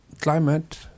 climate